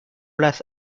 las